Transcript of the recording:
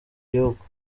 gihugu